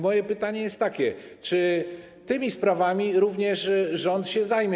Moje pytanie jest takie: Czy tymi sprawami również rząd się zajmie?